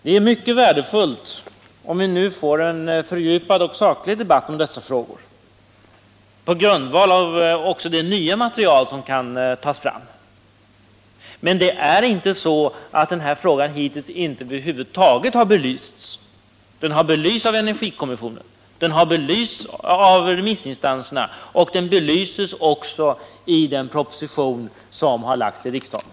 Det är mycket värdefullt om vi nu får en fördjupad och saklig debatt om dessa frågor på grundval också av det nya material som kan tas fram. Men det är inte så att dessa frågor hittills över huvud taget inte har belysts. De har belysts av energikommissionen och av remissinstanserna till den, och den belyses också i den proposition som nu har förelagts riksdagen.